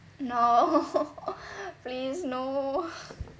no please no